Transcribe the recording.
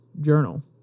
Journal